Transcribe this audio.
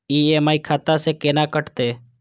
EMI खाता से केना कटते?